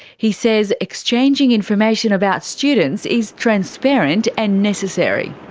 he says exchanging information about students is transparent and necessary.